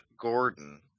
Gordon